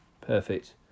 perfect